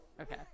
Okay